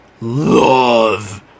love